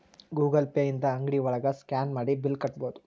Google Pay ಇಂದ ಅಂಗ್ಡಿ ಒಳಗ ಸ್ಕ್ಯಾನ್ ಮಾಡಿ ಬಿಲ್ ಕಟ್ಬೋದು